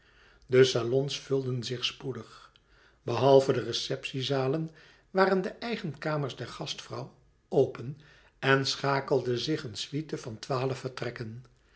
de salons vulden zich spoedig behalve de receptiezalen waren de eigen kamers der gastvrouw open en schakelde zich een suite van twaalf vertrekken